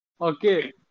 okay